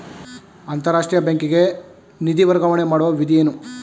ಅಂತಾರಾಷ್ಟ್ರೀಯ ಬ್ಯಾಂಕಿಗೆ ನಿಧಿ ವರ್ಗಾವಣೆ ಮಾಡುವ ವಿಧಿ ಏನು?